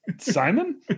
Simon